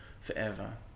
forever